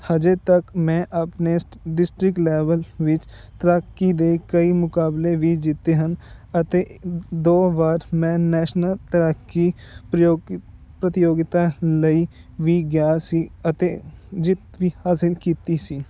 ਹਜੇ ਤੱਕ ਮੈਂ ਆਪਣੇ ਡਿਸਟਰਿਕਟ ਲੈਵਲ ਵਿਚ ਤੈਰਾਕੀ ਦੇ ਕਈ ਮੁਕਾਬਲੇ ਵੀ ਜਿੱਤੇ ਹਨ ਅਤੇ ਦੋ ਵਾਰ ਮੈਂ ਨੈਸ਼ਨਲ ਤੈਰਾਕੀ ਪ੍ਰਯੋਗ ਪ੍ਰਤੀਯੋਗਤਾ ਲਈ ਵੀ ਗਿਆ ਸੀ ਅਤੇ ਜਿੱਤ ਵੀ ਹਾਸਿਲ ਕੀਤੀ ਸੀ